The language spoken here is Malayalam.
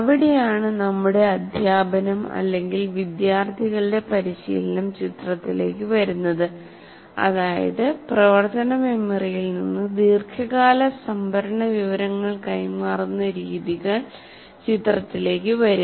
അവിടെയാണ് നമ്മുടെ അദ്ധ്യാപനം അല്ലെങ്കിൽ വിദ്യാർത്ഥികളുടെ പരിശീലനം ചിത്രത്തിലേക്ക് വരുന്നത് അതായതു പ്രവർത്തന മെമ്മറിയിൽ നിന്ന് ദീർഘകാല സംഭരണവിവരങ്ങൾ കൈമാറുന്ന രീതികൾ ചിത്രത്തിലേക്ക് വരും